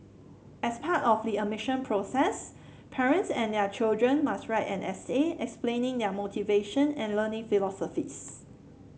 as part of the admission process parents and their children must write an essay explaining their motivation and learning philosophies